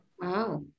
Wow